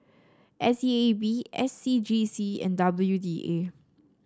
S E A B S C G C and W D A